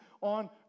on